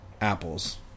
apples